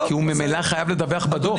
כי הוא ממילא חייב לדווח בדו"ח.